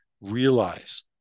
realize